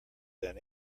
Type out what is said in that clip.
than